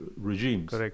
regimes